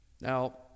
Now